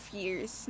years